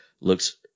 looks